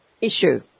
issue